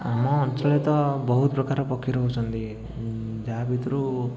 ଆମ ଅଞ୍ଚଳରେ ତ ବହୁତ ପ୍ରକାର ପକ୍ଷୀ ରହୁଛନ୍ତି ଯାହା ଭିତରୁ